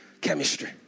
chemistry